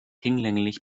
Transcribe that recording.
hinlänglich